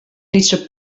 lytse